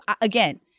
Again